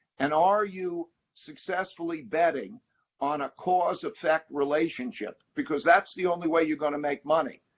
and are you successfully betting on a cause-effect relationship? because that's the only way you're going to make money.